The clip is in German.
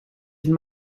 den